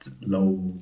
low